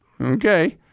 Okay